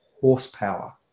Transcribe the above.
horsepower